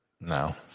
No